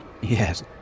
yes